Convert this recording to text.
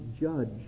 judge